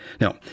Now